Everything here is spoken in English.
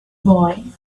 boy